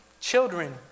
children